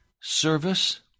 service